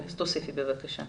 תוסיפי בבקשה.